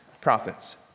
prophets